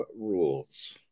Rules